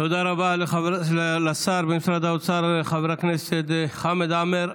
תודה רבה לשר במשרד האוצר חבר הכנסת חמד עמאר.